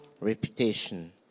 reputation